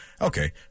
okay